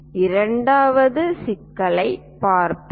இரண்டாவது சிக்கலைப் பார்ப்போம்